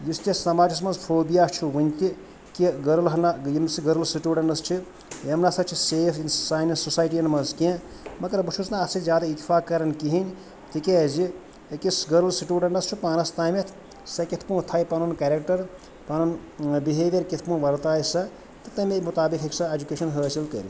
یُس تہِ سماجَس منٛز فوبیا چھُ وُنہِ تہِ کہِ گٔرٕل ہنا یِم سُہ گٔرلٕز سِٹوٗڈنٛٹٕس چھِ یِم نسا چھِ سیٚف سانہِ سوسایٹِیَن منٛز کیٚنٛہہ مگر بہٕ چھُس نہٕ اَتھ سۭتۍ زیادٕ اِتفاق کَران کِہیٖنٛۍ تِکیٛازِ أکِس گٔرٕل سِٹوٗڈَنٛٹَس چھُ پانَس تامتھ سۄ کِتھٕ پٲٹھۍ تھاوِ پَنُن کیٚریٚکٹَر پَنُن بِہیویر کِتھٕ پٲٹھۍ وَرتایہِ سۄ تہٕ تَمے مُطابِق ہیٚکہِ سۄ ایٚجوٗکیشَن حٲصِل کٔرِتھ